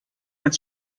mit